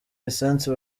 lisansi